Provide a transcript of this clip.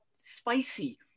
spicy